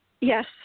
yes